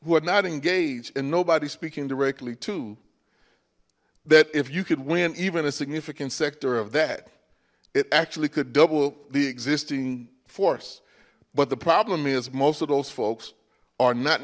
who are not engaged and nobody speaking directly to that if you could win even a significant sector of that it actually could double the existing force but the problem is most of those folks are not